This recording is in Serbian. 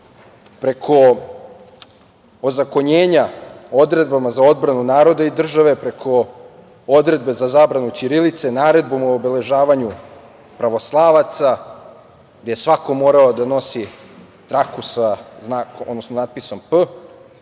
preko ozakonjenja odredbama za odbranu naroda i države, preko Odredbe za zabranu ćirilice, Naredbom o obeležavanju pravoslavaca gde je svako morao da nosi trasu sa natpisom „P“,